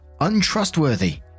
untrustworthy